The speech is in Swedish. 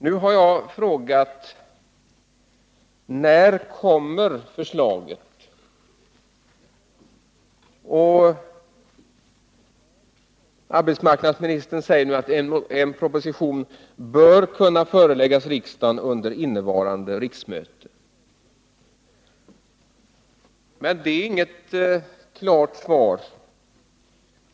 Nu har jag frågat när förslaget kommer, och arbetsmarknadsministern säger att en proposition bör kunna föreläggas riksdagen under innevarande riksmöte. Men det är inget klart svar.